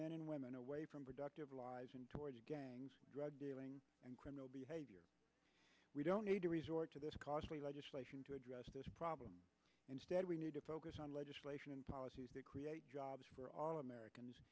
men and women away from productive lives and toward gangs drug dealing and criminal behavior we don't need to resort to this costly legislation to address this problem instead we need to focus on legislation and policies to create jobs for all americans